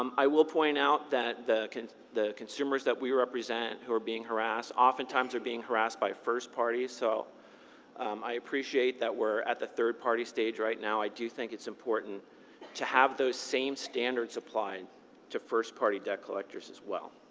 um i will point out that the consumers that we represent who are being harassed often times are being harassed by first parties. so um i appreciate that we're at the third-party stage right now. i do think it's important to have those same standards applied to first-party debt collectors as well.